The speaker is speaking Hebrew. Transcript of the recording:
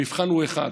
המבחן הוא אחד,